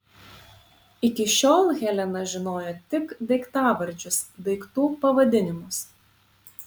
iki šiol helena žinojo tik daiktavardžius daiktų pavadinimus